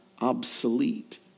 obsolete